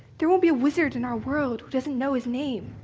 there won't be a wizard in our world who doesn't know his name.